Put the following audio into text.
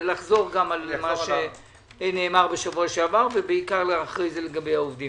ולחזור על מה שנאמר בשבוע שעבר ובעיקר לגבי העובדים.